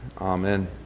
Amen